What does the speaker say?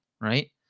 Right